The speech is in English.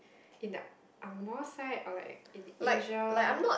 in the angmoh side or like in Asia